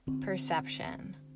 Perception